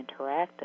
interactive